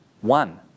one